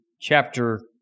Chapter